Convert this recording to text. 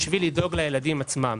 בשביל לדאוג לילדים עצמם.